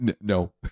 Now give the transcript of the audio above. No